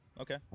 Okay